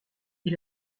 est